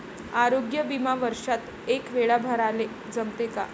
आरोग्य बिमा वर्षात एकवेळा भराले जमते का?